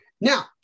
Now